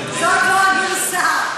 זנדברג, זו לא הגרסה.